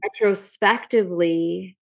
Retrospectively